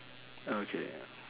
okay